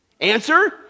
Answer